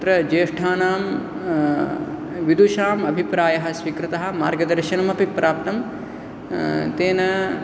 तत्र ज्येष्ठानां विदूषाम् अभिप्रायः स्वीकृतः मार्गदर्शनम् अपि प्राप्तं तेन